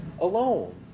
alone